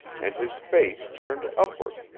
and his face turned upward,